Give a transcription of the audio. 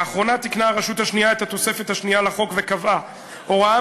לאחרונה תיקנה הרשות השנייה את התוספת השנייה לחוק וקבעה הוראה